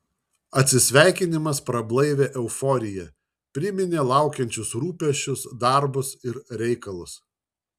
atsisveikinimas prablaivė euforiją priminė laukiančius rūpesčius darbus ir reikalus